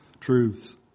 truths